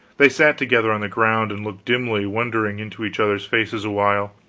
they sat together on the ground and looked dimly wondering into each other's faces a while,